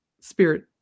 spirit